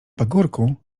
pagórku